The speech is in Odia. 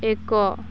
ଏକ